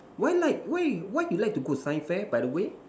why like why why you like to go science fair by the way